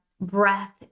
breath